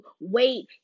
wait